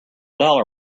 dollar